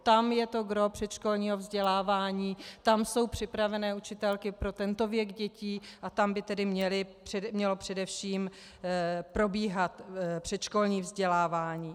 Tam je to gros předškolního vzdělávání, tam jsou připravené učitelky pro tento věk dětí a tam by tedy mělo především probíhat předškolní vzdělávání.